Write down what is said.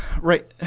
right